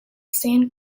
san